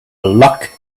luck